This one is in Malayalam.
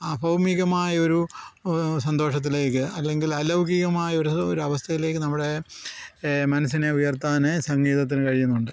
അഭൗമികമായ ഒരു സന്തോഷത്തിലേക്ക് അല്ലെങ്കിൽ അലൗകികമായ ഒരൂ ഒരു അവസ്ഥയിലേക്ക് നമ്മളെ മനസ്സിനെ ഉയർത്താൻ സംഗീതത്തിന് കഴിയുന്നുണ്ട്